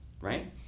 right